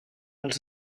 els